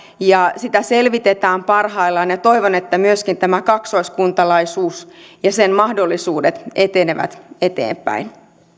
ja sitä selvitetään parhaillaan toivon että myöskin tämä kaksoiskuntalaisuus ja sen mahdollisuudet etenevät eteenpäin